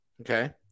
okay